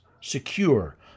secure